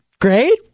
Great